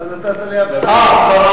אה.